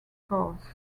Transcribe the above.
cars